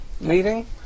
meeting